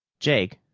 jake,